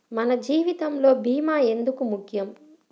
మన జీవితములో భీమా ఎందుకు ముఖ్యం?